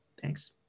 Thanks